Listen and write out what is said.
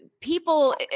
people